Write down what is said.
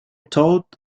thought